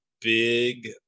big